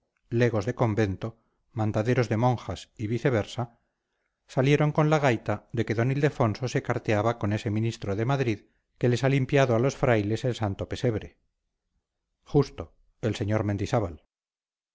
legos de convento mandaderos de monjas y viceversa salieron con la gaita de que d ildefonso se carteaba con ese ministro de madrid que les ha limpiado a los frailes el santo pesebre justo el sr mendizábal